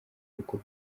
kuko